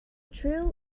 trill